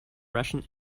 russian